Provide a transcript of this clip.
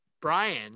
Brian